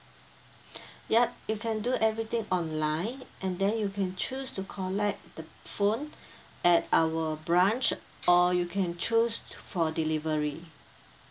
yup you can do everything online and then you can choose to collect the phone at our branch or you can choose for delivery